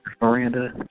Miranda